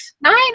Nine